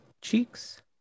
cheeks